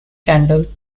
candle